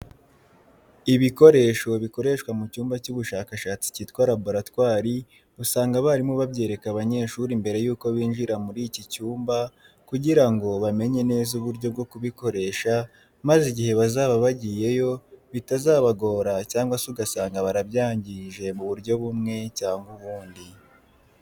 Ibikoresho bikoreshwa mu cyumba cy'ubushakashatsi cyitwa laboratwari, usanga abarimu babyereka abanyeshuri mbere yuko binjira muri iki cyumba kugira ngo bamenye neza uburyo bwo kubikoresha maze igihe bazaba bagiyeyo bitazabagora cyangwa se ugasanga barabyangije mu buryo bumwe cyangwa ubundi.